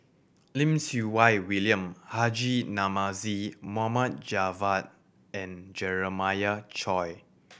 Lim Siew Wai William Haji Namazie Mohd Javad and Jeremiah Choy